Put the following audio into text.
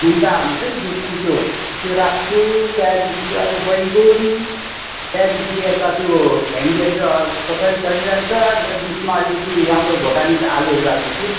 मुन्टा भन्छ नि डुकु त्यो राख्छु त्यहाँदेखि अहिले बैगुन त्यहाँदेखि यता त्यो भिन्डीहरू चाहिँ प्रचलित चलिरहन्छ अन्त बिचमा अलिकति राम्रो भोटानिस आलुहरू राख्दैछु